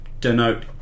denote